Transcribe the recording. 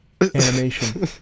animation